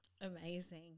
Amazing